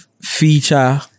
feature